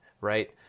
right